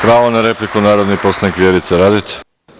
Pravo na repliku, narodni poslanik Vjerica Radeta.